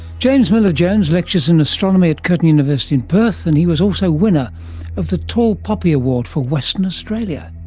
james miller-jones lectures in astronomy at curtin university in perth, and he was also winner of the tall poppy award for western australia.